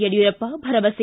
ಯಡಿಯೂರಪ್ಪ ಭರವಸೆ